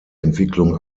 entwicklung